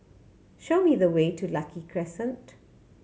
show me the way to Lucky Crescent